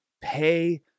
pay